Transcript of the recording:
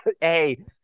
Hey